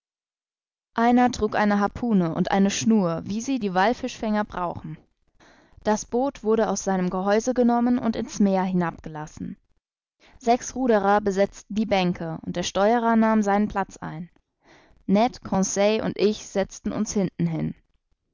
einer trug eine harpune und eine schnur wie sie die wallfischfänger brauchen das boot wurde aus seinem gehäuse genommen und in's meer hinabgelassen sechs ruderer besetzten die bänke und der steuerer nahm seinen platz ein ned conseil und ich setzten uns hinten hin